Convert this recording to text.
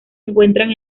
encuentran